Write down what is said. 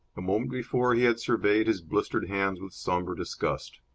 a moment before he had surveyed his blistered hands with sombre disgust.